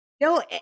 No